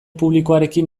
publikoarekin